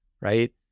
right